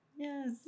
Yes